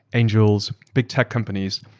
angels, big tech companies,